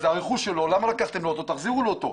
הוא הרכוש שלו ולכן מחזירים לו אותו.